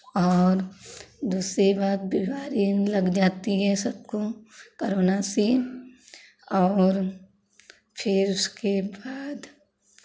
और दूसरी बात बिमारी लग जाती है सबको कोरोना से और फिर उसके बाद